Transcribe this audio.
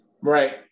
Right